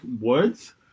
words